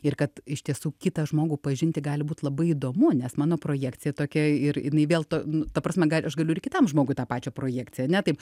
ir kad iš tiesų kitą žmogų pažinti gali būt labai įdomu nes mano projekcija tokia ir jinai vėl to nu ta prasme gal aš galiu ir kitam žmogui tą pačią projekciją ane taip